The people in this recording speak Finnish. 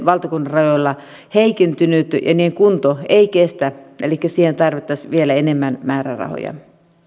valtakunnan rajoilla heikentynyt ja niiden kunto ei kestä elikkä siihen tarvittaisiin vielä enemmän määrärahoja